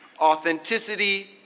authenticity